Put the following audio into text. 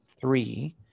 three